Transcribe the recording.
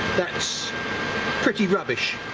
that's pretty rubbish